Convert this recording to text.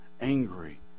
angry